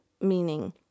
meaning